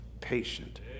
patient